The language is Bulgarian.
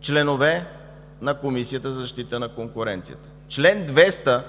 членове на Комисията за защита на конкуренцията – чл. 200